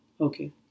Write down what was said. Okay